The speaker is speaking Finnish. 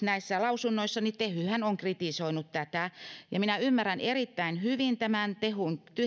näissä lausunnoissa kritisoinut tätä ja minä ymmärrän erittäin hyvin tämän tehyn